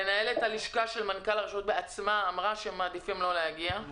מנהלת הלשכה של מנכ"ל הרשות בעצמה אמרה שהם מעדיפים לא להגיע,